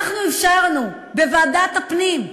אנחנו אפשרנו בוועדת הפנים,